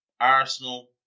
Arsenal